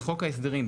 בחוק ההסדרים,